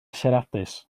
siaradus